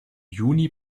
juni